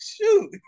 shoot